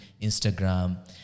Instagram